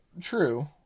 True